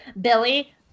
billy